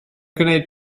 gwneud